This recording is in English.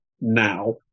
now